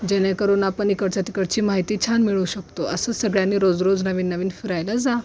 जेणेकरून आपण इकडच्या तिकडची माहिती छान मिळू शकतो असं सगळ्यांनी रोजरोज नवीन नवीन फिरायला जा